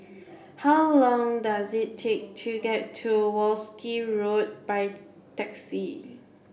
how long does it take to get to Wolskel Road by taxi